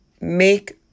make